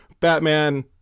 Batman